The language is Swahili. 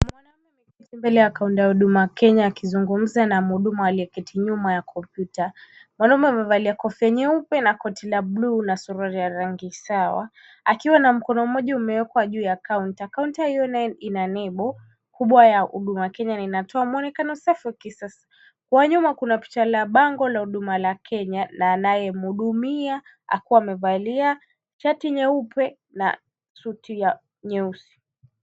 Mwanaume ameketi mbele ya kaunta ya huduma ya Kenya, akizungumza na mhudumu aliyeketi nyuma ya kompyuta, mwanaume amevalia kofia nyeupe na koti la bluu na suruali ya rangi sawa, akiwa na mkono mmoja umewekwa juu ya kaunta. Kaunta hiyo ina nembo kubwa ya Huduma Kenya na inatoa mwonekano safi wa kisasa. Kwa nyuma, kuna picha la bango la huduma la Kenya na anayemhudumia akiwa amevalia shati nyeupe na suti ya nyeusi.